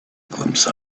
glimpse